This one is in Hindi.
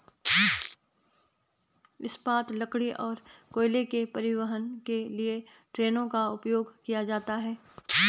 इस्पात, लकड़ी और कोयले के परिवहन के लिए ट्रेनों का उपयोग किया जाता है